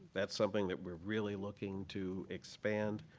that's something that we're really looking to expand.